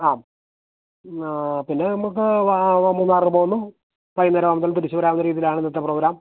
ആ പിന്നെ നമുക്ക് മൂന്നാറില് പോകുന്നു വൈകുന്നേരമാകുമ്പോഴേക്കും തിരിച്ചുവരാവുന്ന രീതിയിലാണ് ഇന്നത്തെ പ്രോഗ്രാം